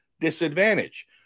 disadvantage